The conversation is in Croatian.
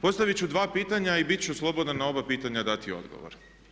Postavit ću dva pitanja i bit ću slobodan na oba pitanja dati odgovor.